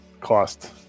cost